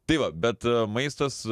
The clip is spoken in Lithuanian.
tai va bet maistas